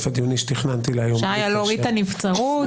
הדיוני שתכננתי היום -- אפשר היה להוריד את הנבצרות,